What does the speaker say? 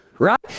Right